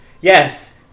yes